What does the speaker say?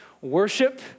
worship